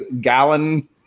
gallon